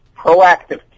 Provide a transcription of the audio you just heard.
proactive